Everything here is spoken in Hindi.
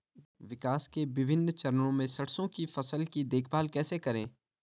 विकास के विभिन्न चरणों में सरसों की फसल की देखभाल कैसे करें?